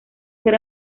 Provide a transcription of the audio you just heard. ser